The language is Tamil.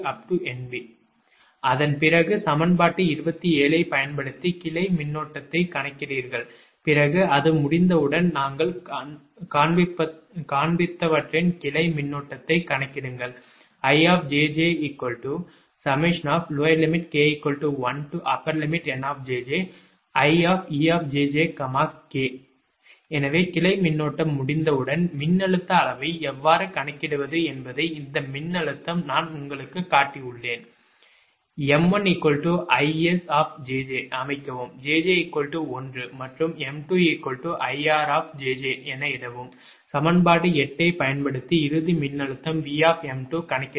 4 அதன் பிறகு சமன்பாடு 27 ஐப் பயன்படுத்தி கிளை மின்னோட்டத்தைக் கணக்கிடுகிறீர்கள் பிறகு அது முடிந்தவுடன் நாங்கள் காண்பித்தவற்றின் கிளை மின்னோட்டத்தைக் கணக்கிடுங்கள் 5 எனவே கிளை மின்னோட்டம் முடிந்தவுடன் மின்னழுத்த அளவை எவ்வாறு கணக்கிடுவது என்பதை இந்த மின்னழுத்தம் நான் உங்களுக்குக் காட்டியுள்ளேன் 6 𝑚1 𝐼𝑆𝑗𝑗 அமைக்கவும் 𝑗𝑗 1 மற்றும் 𝑚2 𝐼𝑅𝑗𝑗 என இடவும் சமன்பாடு 8 ஐப் பயன்படுத்தி இறுதி மின்னழுத்தம் 𝑉𝑚2 கணக்கிடுங்கள்